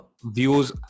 views